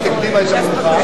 שקצת הקדימה את המאוחר,